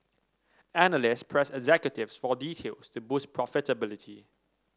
analysts pressed executives for details to boost profitability